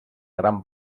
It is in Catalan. gran